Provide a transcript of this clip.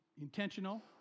intentional